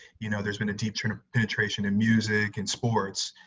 you know there's been a deep kind of penetration in music and sports,